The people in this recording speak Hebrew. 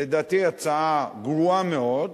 לדעתי הצעה גרועה מאוד,